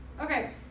Okay